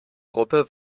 gruppe